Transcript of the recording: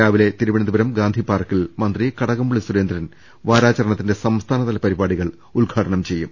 രാവിലെ തിരുവനന്തപുരം ഗാന്ധിപാർക്കിൽ മന്ത്രി കടകംപള്ളി സുരേന്ദ്രൻ വാരാചരണത്തിന്റെ സംസ്ഥാനതല പരിപാടികൾ ഉദ്ഘാടനം ചെയ്യും